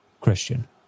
Christian